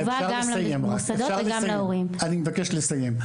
גם למוסדות וגם להורים.) אני מבקש לסיים.